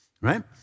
right